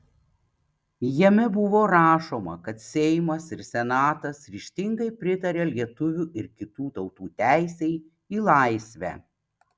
jame buvo rašoma kad seimas ir senatas ryžtingai pritaria lietuvių ir kitų tautų teisei į laisvę